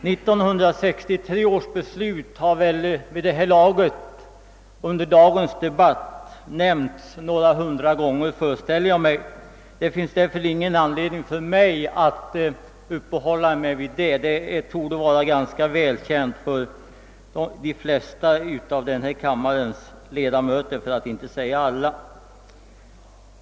1963 års beslut har väl nämnts några hundra gånger under dagens debatt, och det finns därför ingen anledning för mig att stanna vid det — beslutet torde vara välkänt för alla kammarens ledamöter.